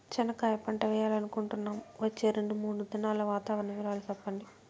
చెనక్కాయ పంట వేయాలనుకుంటున్నాము, వచ్చే రెండు, మూడు దినాల్లో వాతావరణం వివరాలు చెప్పండి?